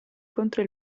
contro